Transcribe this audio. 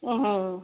oh ho